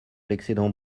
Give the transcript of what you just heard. l’excédent